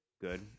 good